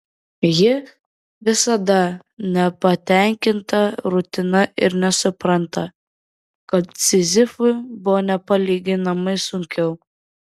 ji visada nepatenkinta rutina ir nesupranta kad sizifui buvo nepalyginamai sunkiau